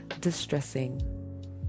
distressing